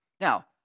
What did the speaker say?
Now